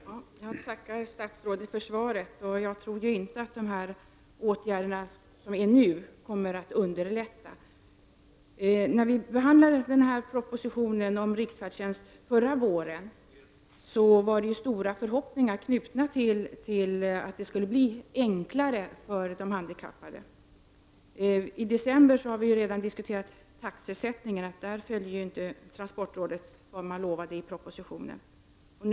Herr talman! Jag tackar statsrådet för svaret, men jag tror inte att dessa åtgärder kommer att förbättra situationen. Då vi behandlade propositionen om riksfärdtjänst förra våren, knöts ju stora förhoppningar till att förslagen skulle göra det enklare för handikappade att resa. Redan i december konstaterade vi att transportrådet inte följde vad som utlovats i propositionen när det gällde taxesättningen.